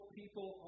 people